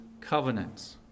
covenants